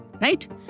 Right